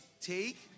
take